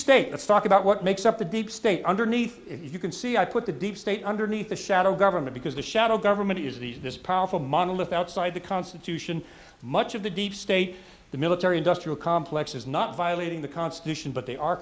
state it's talk about what makes up the deep state underneath if you can see i put the deep state underneath the shadow government because the shadow government is these this powerful monolith outside the constitution much of the deep state the military industrial complex is not violating the constitution but they are